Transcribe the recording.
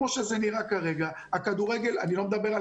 כמו שזה נראה כרגע אני לא מדבר על